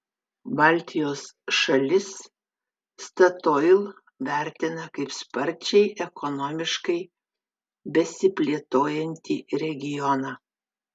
baltijos šalis statoil vertina kaip sparčiai ekonomiškai besiplėtojantį regioną